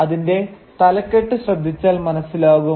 അതിന്റെ തലക്കെട്ട് ശ്രദ്ധിച്ചാൽ മനസ്സിലാകും